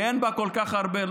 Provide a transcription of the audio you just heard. שאין בה כל כך הרבה,